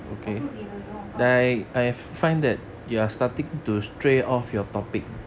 我自己的时候 ah